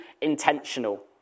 intentional